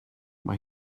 mae